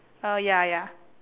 oh ya ya